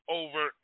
over